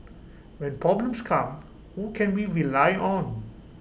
when problems come who can we rely on